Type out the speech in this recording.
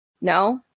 No